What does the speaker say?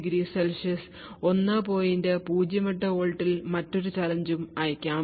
08 V ൽ മറ്റൊരു challenge ഉം അയക്കാം